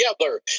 together